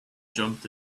jumped